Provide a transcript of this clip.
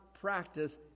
practice